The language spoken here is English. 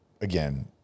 again